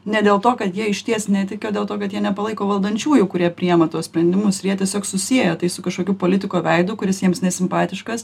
ne dėl to kad jie išties netiki o dėl to kad jie nepalaiko valdančiųjų kurie priima tuos sprendimus ir jie tiesiog susieja tai su kažkokiu politiko veidu kuris jiems nesimpatiškas